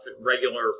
regular